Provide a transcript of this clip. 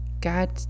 God